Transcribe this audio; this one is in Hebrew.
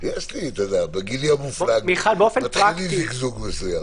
בגילי המופלג מתחיל לי זגזוג מסוים.